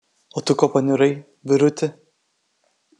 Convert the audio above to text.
o tu ko paniurai vyruti